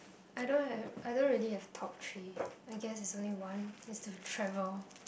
I don't have I don't really have top three I guess it's only one it's to travel